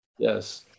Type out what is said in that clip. Yes